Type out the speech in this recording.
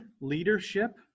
leadership